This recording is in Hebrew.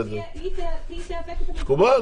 ואז היא תהווה --- מקובל.